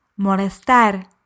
Molestar